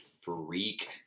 freak